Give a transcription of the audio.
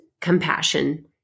compassion